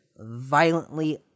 violently